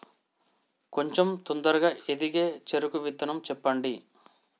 కొంచం తొందరగా ఎదిగే చెరుకు విత్తనం చెప్పండి?